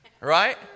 right